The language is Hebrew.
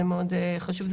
זה מאוד חשוב,